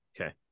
okay